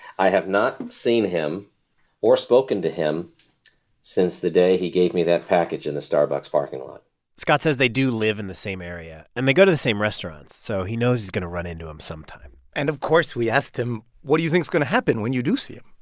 i have not seen him or spoken to him since the day he gave me that package in the starbucks parking lot scott says they do live in the same area. and they go to the same restaurants, so he knows he's going to run into him sometime and, of course, we asked him, what do you think is going to happen when you do see him?